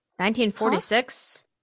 1946